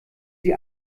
sie